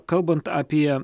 kalbant apie